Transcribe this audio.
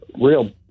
real